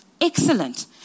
Excellent